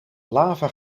lava